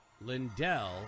Lindell